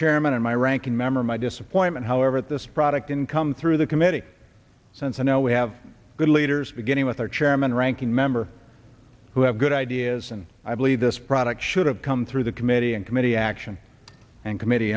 chairman and my ranking member my disappointment however at this product in come through the committee since i know we have good leaders beginning with our chairman ranking member who have good ideas and i believe this product should have come through the committee in committee action and committee